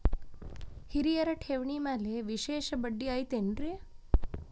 ಹಿರಿಯರ ಠೇವಣಿ ಮ್ಯಾಲೆ ವಿಶೇಷ ಬಡ್ಡಿ ಐತೇನ್ರಿ?